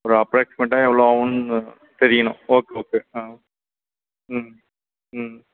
ஒரு அப்ராக்ஸிமேட்டா எவ்வளோ ஆகும்னு தெரியணும் ஓகே ஓகே